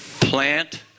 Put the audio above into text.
plant